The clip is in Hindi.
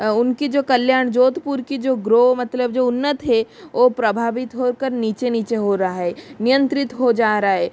उनकी जो कल्याण जोधपुर की जो ग्रो मतलब जो उन्नत है वो प्रभावित होकर नीचे नीचे हो रहा है नियंत्रित हो जा रहा है